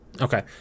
Okay